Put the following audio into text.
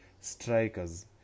strikers